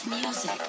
Music